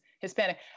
Hispanic